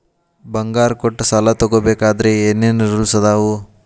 ಬಂಗಾರ ಕೊಟ್ಟ ಸಾಲ ತಗೋಬೇಕಾದ್ರೆ ಏನ್ ಏನ್ ರೂಲ್ಸ್ ಅದಾವು?